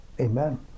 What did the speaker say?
Amen